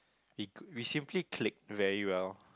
we we simply clicked very well